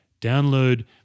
download